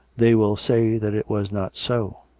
they will say that it was not so